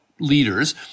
leaders